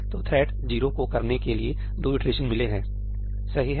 तो थ्रेड 0 को करने के लिए 2 इटरेशन मिले हैं सही है